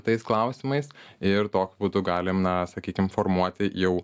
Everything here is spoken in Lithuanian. tais klausimais ir tokiu būdu galime sakykime formuoti jau